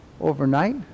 overnight